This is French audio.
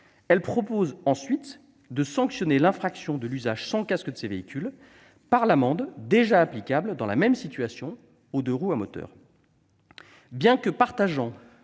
Elle prévoit, ensuite, de sanctionner l'infraction de l'usage sans casque de ces véhicules, par l'amende déjà applicable dans la même situation aux deux-roues à moteur. Bien qu'elle partage